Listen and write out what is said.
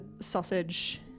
sausage